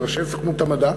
של ראשי סוכנות המדע,